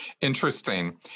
Interesting